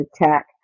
attack